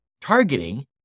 targeting